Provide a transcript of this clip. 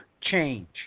change